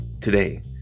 today